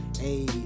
hey